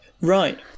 Right